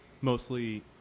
mostly